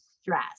stress